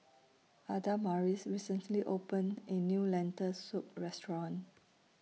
Adamaris recently opened in New Lentil Soup Restaurant